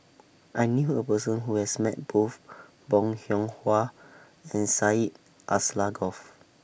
I knew A Person Who has Met Both Bong Hiong Hwa and Syed Alsagoff